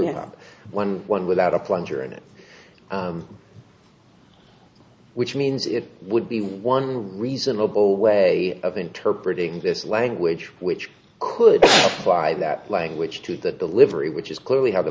up one one without a plunger in it which means it would be one reasonable way of interpretating this language which could apply that language to the delivery which is clearly how the